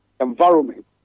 environment